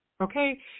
Okay